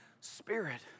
spirit